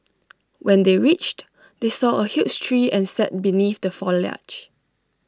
when they reached they saw A huge tree and sat beneath the foliage